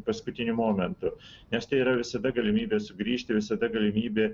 paskutiniu momentu nes tai yra visada galimybė sugrįžti visada galimybė